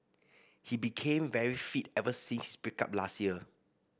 he became very fit ever since his break up last year